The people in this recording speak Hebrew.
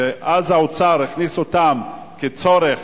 שאז האוצר הכניס אותם כצורך,